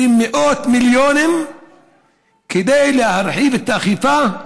מאות מיליונים כדי להגביר את האכיפה,